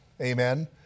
Amen